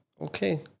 Okay